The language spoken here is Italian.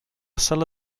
sala